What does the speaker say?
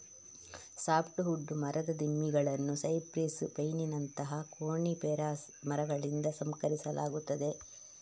soft wood ಮರದ ದಿಮ್ಮಿಗಳನ್ನು cypress, ಪೈನಿನಂತಹ ಕೋನಿಫೆರಸ್ ಮರಗಳಿಂದ ಸಂಸ್ಕರಿಸಲಾಗುತ್ತದೆ